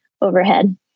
overhead